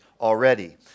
already